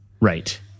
right